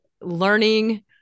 learning